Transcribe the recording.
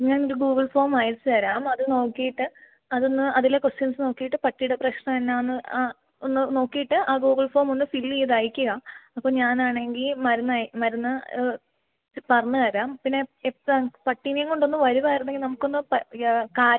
ഞ്ഞാൻ ഒരു Google form അയച്ച് തരാം അത് നോക്കിയിട്ട് അതൊന്ന് അതിലെ ക്വൊസ്റ്റ്യൻസ്സ് നോക്കിയിട്ട് പട്ടിയുടെ പ്രശ്നം എന്താണെന്ന് ഒന്ന് നോക്കിയിട്ട് ആ ഗൂഗിൾ ഫോം ഒന്ന് ഫില്ല് ചെയ്ത് അയക്കുക അപ്പം ഞാൻ ആണെങ്കിൽ മരുന്ന് മരുന്ന് പറഞ്ഞ് തരാം പിന്നെ ഇപ്പം പട്ടിയിനെയുംകൊണ്ട് ഒന്ന് വരുകയായിരുന്നെങ്കിൽ നമുക്കൊന്ന്